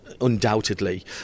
undoubtedly